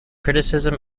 criticism